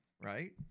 right